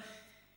תודה.